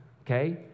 okay